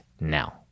now